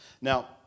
Now